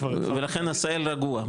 עשהאל רגוע,